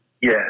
Yes